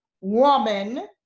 woman